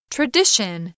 Tradition